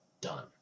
done